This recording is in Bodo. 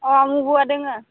अ मुगुआ दोङो